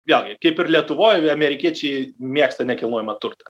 vėlgi kaip ir lietuvoj amerikiečiai mėgsta nekilnojamą turtą